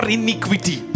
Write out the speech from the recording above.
iniquity